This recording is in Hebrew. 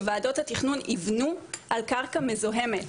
שוועדות התכנון ייבנו על קרקע מזוהמת,